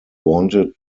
wanted